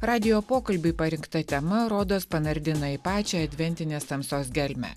radijo pokalbiui parinkta tema rodos panardina į pačią adventinės tamsos gelmę